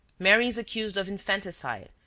mary is accused of infanticide,